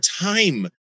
time